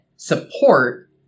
support